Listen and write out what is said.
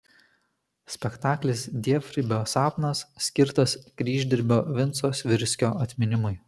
spektaklis dievdirbio sapnas skirtas kryždirbio vinco svirskio atminimui